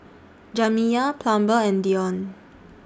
Jamiya Plummer and Deon